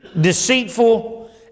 deceitful